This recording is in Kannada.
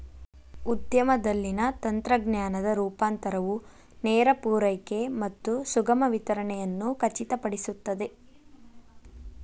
ಉದ್ಯಮದಲ್ಲಿನ ತಂತ್ರಜ್ಞಾನದ ರೂಪಾಂತರವು ನೇರ ಪೂರೈಕೆ ಮತ್ತು ಸುಗಮ ವಿತರಣೆಯನ್ನು ಖಚಿತಪಡಿಸುತ್ತದೆ